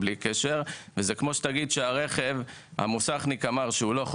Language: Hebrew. זה גם כמו שתגיד שאם המוסכניק אמר שהרכב לא יכול